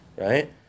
Right